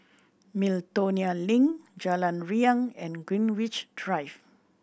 Miltonia Link Jalan Riang and Greenwich Drive